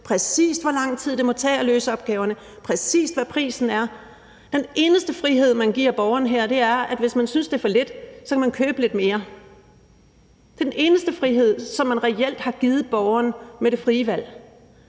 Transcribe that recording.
præcis hvor lang tid det må tage at løse opgaverne, præcis hvad prisen er. Den eneste frihed, der her gives borgeren, er, at man, hvis man synes, det er for lidt, så kan købe lidt mere. Det er den eneste frihed, som man reelt har givet borgeren med det frie valg.